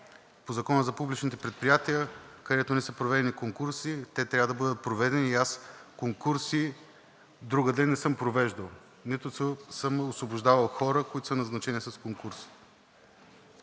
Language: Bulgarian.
по Закона за публичните предприятия, където не са проведени конкурси, те трябва да бъдат проведени и аз конкурси другаде не съм провеждал, нито съм освобождавал хора, които са назначени с конкурси.